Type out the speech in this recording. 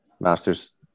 masters